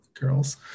girls